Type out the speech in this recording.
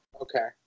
Okay